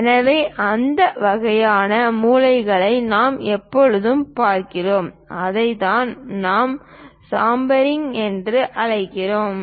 எனவே அந்த வகையான மூலைகளை நாம் எப்போதும் பார்க்கிறோம் அதைத்தான் நாம் சாம்ஃபெரிங் என்று அழைக்கிறோம்